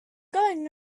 going